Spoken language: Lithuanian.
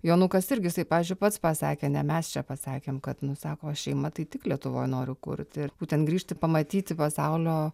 jonukas irgi jisai pavyzdžiui pats pasakė ne mes čia pasakėm kad nu sako šeima tai tik lietuvoj noriu kurti ir būtent grįžti pamatyti pasaulio